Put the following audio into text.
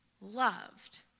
loved